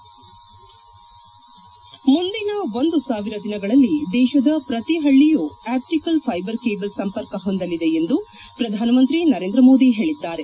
ಸಂಗೀತ ಹೆಡ್ ಮುಂದಿನ ಒಂದು ಸಾವಿರ ದಿನಗಳಲ್ಲಿ ದೇಶದ ಪ್ರತಿ ಹಳ್ಳಯೂ ಆಪ್ಲಿಕಲ್ ಫೈಬರ್ ಕೇಬಲ್ ಸಂಪರ್ಕ ಹೊಂದಲಿದೆ ಎಂದು ಪ್ರಧಾನ ಮಂತ್ರಿ ನರೇಂದ್ರ ಮೋದಿ ಹೇಳಿದ್ದಾರೆ